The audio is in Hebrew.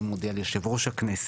האם הוא מודיע ליושב ראש הכנסת?